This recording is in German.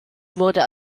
wurde